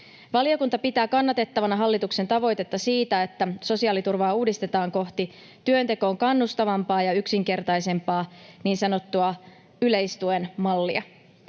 Valiokunta pitää kannatettavana hallituksena tavoitetta siitä, että sosiaaliturvaa uudistetaan kohti työntekoon kannustavampaa ja yksinkertaisempaa niin sanottua yleistuen mallia.